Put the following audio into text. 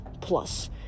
plus